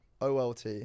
olt